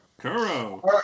Kuro